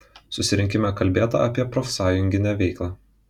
susirinkime kalbėta apie profsąjunginę veiklą